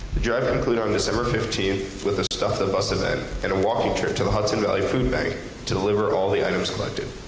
the drive concluded on december fifteenth with a stuff the bus event and a walking trip to the hudson valley food bank to deliver all the items collected.